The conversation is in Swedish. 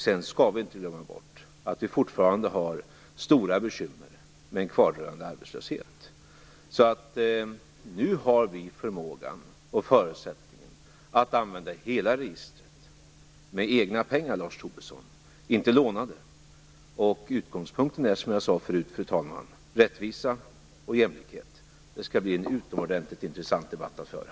Sedan skall vi inte glömma bort att vi fortfarande har stora bekymmer med en kvardröjande arbetslöshet. Nu har vi förmågan och förutsättningen att använda hela registret - med egna pengar, Lars Tobisson, inte lånade. Utgångspunkten är, som jag sade förut, fru talman, rättvisa och jämlikhet. Det skall bli en utomordentligt intressant debatt att föra.